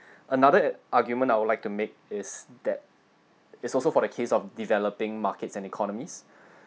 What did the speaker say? another argument I would like to make is that it's also for the case of developing markets and economies